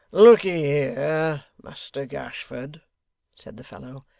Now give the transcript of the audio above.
lookye here, muster gashford said the fellow,